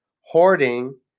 hoarding